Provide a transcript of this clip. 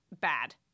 bad